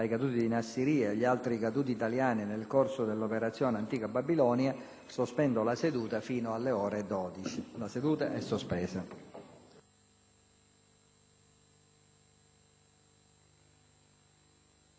sospendo la seduta fino alle ore 12. *(La seduta, sospesa